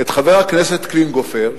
את חבר הכנסת קלינגהופר,